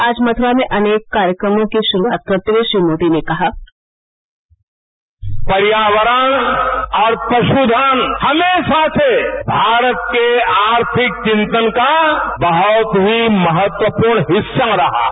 आज मथ्रा में अनेक कार्यक्रमों की श्रूआत करते हुए श्री मोदी ने कहा पर्यावरण और पश्चन हमेशा से भारत के आर्थिक विंतन का बहत ही महत्वपूर्ण हिस्सा रहा है